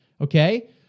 Okay